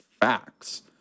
facts